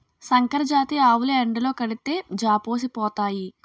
సంకరజాతి ఆవులు ఎండలో కడితే జాపోసిపోతాయి